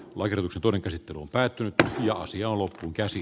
oikeus oli käsittelu päättynyttä nousi oulun käsi